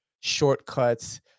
shortcuts